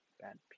bad